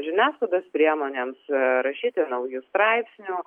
žiniasklaidos priemonėms rašyti naujų straipsnių